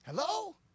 Hello